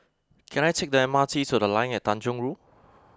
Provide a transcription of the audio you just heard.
can I take the M R T to The Line at Tanjong Rhu